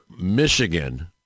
Michigan